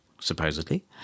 supposedly